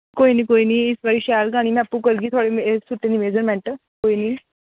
कोई निं कोई निं इस बारी में आपूं करगी थुआढ़ी सूटे दी मिज़रमेंट कोई निं